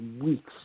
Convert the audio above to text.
weeks